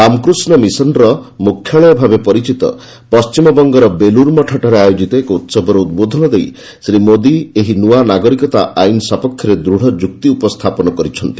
ରାମକୃଷ୍ଣ ମିଶନର ମୁଖ୍ୟାଳୟ ଭାବେ ପରିଚିତ ପଣ୍ଟିମବଙ୍ଗର ବେଲୁର୍ମଠଠାରେ ଆୟୋଜିତ ଏକ ଉହବରେ ଉଦ୍ବୋଧନ ଦେଇ ଶ୍ରୀ ମୋଦୀ ଏହି ନୂଆ ନାଗରିକତା ଆଇନ ସପକ୍ଷରେ ଦୃଢ ଯୁକ୍ତି ଉପସ୍ଥାପନ କରିଛନ୍ତି